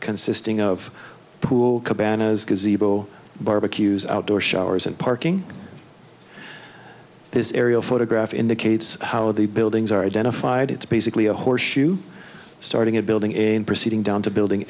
consisting of pool cabanas barbecues outdoor showers and parking this aerial photograph indicates how the buildings are identified it's basically a horseshoe starting a building in proceeding down to building